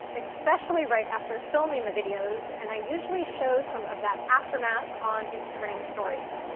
especially right after filming the videos and i usually show some of that aftermath on instagram stories.